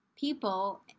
people